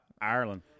Ireland